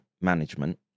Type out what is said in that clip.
management